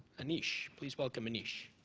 anish, please welcome anish.